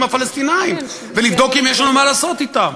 הפלסטינים ולבדוק אם יש לנו מה לעשות אתם.